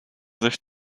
sich